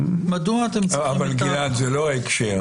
מדוע אתם צריכים את --- אבל, גלעד, זה לא ההקשר.